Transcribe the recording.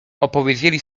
opowiedzieli